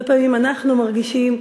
הרבה פעמים אנחנו מרגישים,